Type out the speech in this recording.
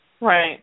Right